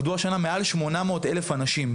מילאו השנה מעל שמונה מאות אלף אנשים.